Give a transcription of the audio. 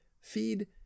feed